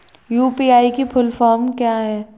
UPI की full form क्या है?